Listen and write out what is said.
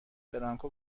برانکو